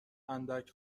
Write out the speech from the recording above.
اندک